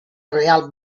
real